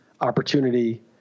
opportunity